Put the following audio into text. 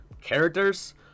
characters